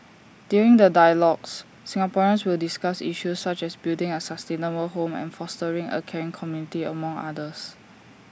during the dialogues Singaporeans will discuss issues such as building A sustainable home and fostering A caring community among others